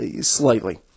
slightly